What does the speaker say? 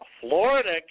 Florida